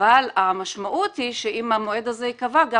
אבל המשמעות היא שאם המועד הזה ייקבע גם